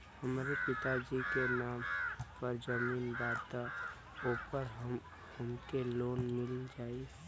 हमरे पिता जी के नाम पर जमीन बा त ओपर हमके लोन मिल जाई?